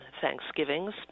Thanksgivings